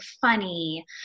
funny